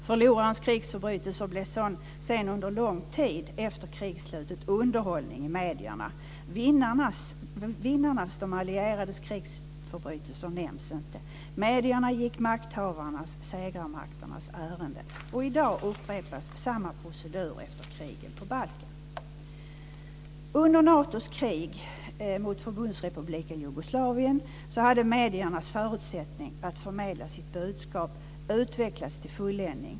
Förlorarnas krigsförbrytelser blev under lång tid efter krigsslutet underhållning i medierna. Vinnarnas, de allierades, krigsförbrytelser nämndes inte. Medierna gick makthavarnas, segrarmakternas, ärenden. I dag upprepas samma procedur efter krigen på Balkan. Under Natos krig mot Förbundsrepubliken Jugoslavien hade mediernas förutsättningar för att förmedla sitt budskap utvecklats till fulländning.